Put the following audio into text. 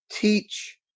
teach